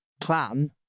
plan